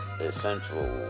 essential